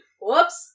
Whoops